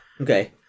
okay